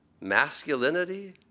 Masculinity